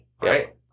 Right